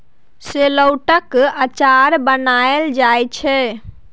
शेलौटक अचार बनाएल जाइ छै